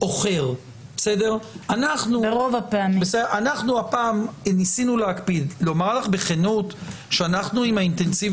אחרי שהם עברו סדרת ייסורים מהגיהינום להגיע להופעה והמשמעות של ביטול